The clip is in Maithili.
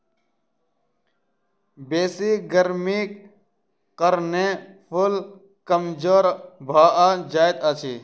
बेसी गर्मीक कारणें फूल कमजोर भअ जाइत अछि